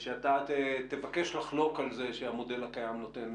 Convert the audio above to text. חלק גדול מהאפקט הוא על מקומות עבודה שעוברים לעבודה יותר